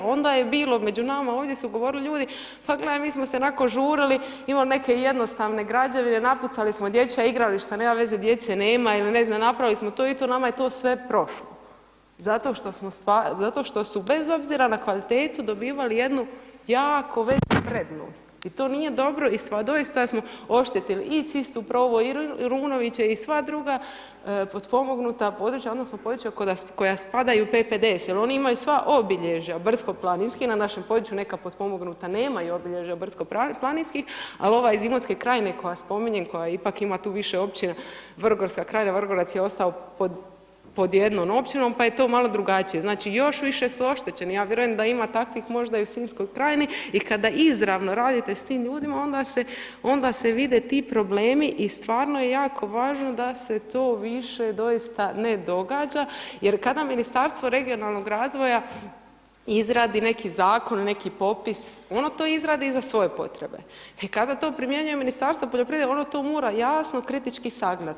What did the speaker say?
Onda je bilo, među nama su ovdje govorili ljudi, pa gledaj mi smo se onako žurili, imamo neke jednostavne građevine, napucali smo dječja igralište, nema veze djece nema ili ne znam, napravili smo to i to, nama je to sve prošlo zato što su bez obzira na kvalitetu, dobivali jednu jako veću prednost i to nije dobro i doista smo oštetili i Cista Provo i Runoviće i sva druga potpomognuta područja odnosno područja koja spadaju u PPDS jer oni imaju sva obilježja brdsko-planinska, na našem području neka potpomognuta nemaju obilježja brdsko-planinskih ali ova iz Imotske krajine koja spominjem, koja ipak ima tu više općina Vrgorska krajina Vrgorac je ostao pod jednom općinom pa je to malo drugačije, znači još više su oštećeni, ja vjerujem da ima takvih možda i u Sinjskoj krajini i kada izravno radite s tim ljudima onda se vide ti problemi i stvarno je jako važno da se to više doista ne događa Ministarstvu regionalnog razvoja izradi neki zakon, neki popis, ono to izradi za svoje potrebe, e kada to primjenjuje Ministarstvo poljoprivrede ona to mora jasno kritički sagledati.